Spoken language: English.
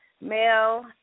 male